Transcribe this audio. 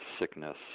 sickness